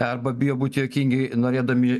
arba bijo būt juokingi norėdami